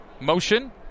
Motion